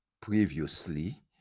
previously